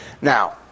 Now